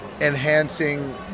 enhancing